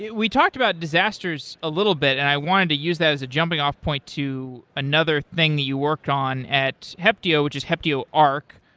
we talked about disasters a little bit and i wanted to use that as a jumping off point to another thing that you worked on at heptio, which is heptio ark,